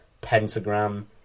pentagram